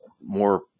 more